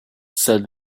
said